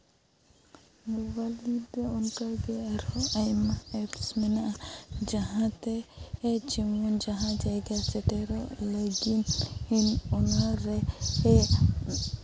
mobile ᱨᱮᱫᱚ ᱚᱱᱠᱟ ᱜᱮ ᱟᱭᱢᱟ ᱮᱯᱥ ᱢᱮᱱᱟᱜᱼᱟ ᱡᱟᱦᱟᱸ ᱛᱮ ᱡᱮᱢᱚᱱ ᱡᱟᱦᱟᱸ ᱡᱟᱭᱜᱟ ᱥᱮᱴᱮᱨᱚᱜ ᱞᱟᱹᱜᱤᱫ ᱤᱧ ᱚᱱᱟ ᱨᱮ ᱥᱮ